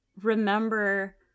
remember